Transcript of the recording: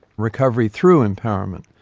recovery through empowerment.